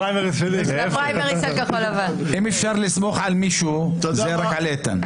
ופה אני מאירה את תשומת ליבנו לעתיד,